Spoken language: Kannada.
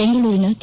ಬೆಂಗಳೂರಿನ ಕೆ